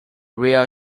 real